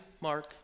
Mark